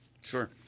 Sure